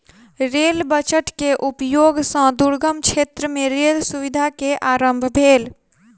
rail budget के उपयोग सॅ दुर्गम क्षेत्र मे रेल सुविधा के आरम्भ भेल